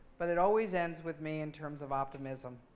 but it always ends with me in terms of optimism.